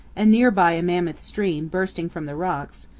and near by a mammoth stream bursting from the rocks,